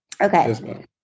Okay